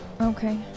Okay